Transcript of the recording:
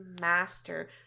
master